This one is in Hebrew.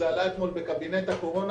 זה עלה אתמול בקבינט הקורונה.